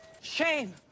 Shame